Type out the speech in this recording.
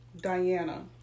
Diana